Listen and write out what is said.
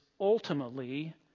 ultimately